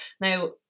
now